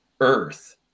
earth